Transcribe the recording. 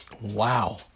Wow